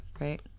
Right